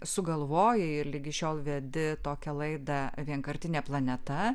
sugalvojai ir ligi šiol vedi tokią laidą vienkartinė planeta